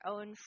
own